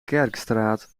kerkstraat